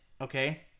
Okay